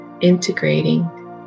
integrating